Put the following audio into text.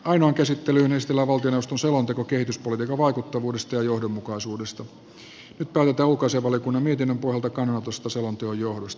ainoan käsittelyn estellä muodostu selonteko kehitys vuoden vaikuttavuudesta ja nyt päätetään ulkoasiainvaliokunnan mietinnön pohjalta kannanotosta selonteon johdosta